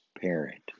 parent